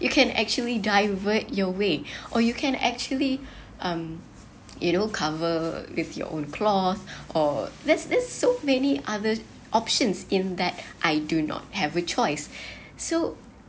you can actually divert your way or you can actually um you know cover with your own cloth or there this so many other options in that I do not have a choice so